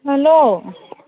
hello